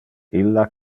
illa